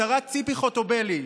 השרה ציפי חוטובלי,